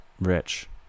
Rich